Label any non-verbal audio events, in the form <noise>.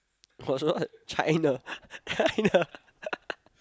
watch what China <laughs> China <laughs>